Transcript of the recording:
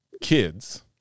kids